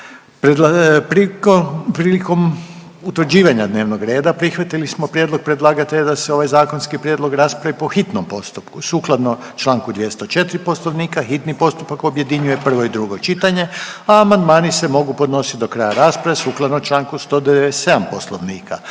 Prilikom utvrđivanja dnevnog reda prihvatili smo prijedlog predlagatelja da se ovaj zakonski prijedlog raspravi po hitnom postupku, a sukladno čl. 204. Poslovnika hitni postupak objedinjuje prvo i drugo čitanje. Amandmani se mogu podnositi do kraja rasprave. Raspravu su proveli